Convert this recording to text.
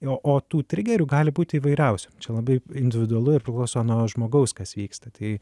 o o tų trigerių gali būti įvairiausių čia labai individualu ir priklauso nuo žmogaus kas vyksta tai